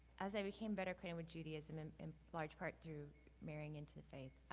as i became better acquainted with judaism and and large part through marrying into the faith.